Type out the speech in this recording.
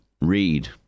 read